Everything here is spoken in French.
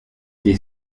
des